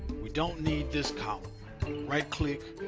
we don't need this column right-click.